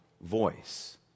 voice